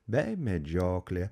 bei medžioklė